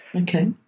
Okay